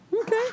okay